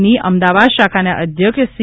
ની અમદાવાદ શાખાના અધ્યક્ષ સી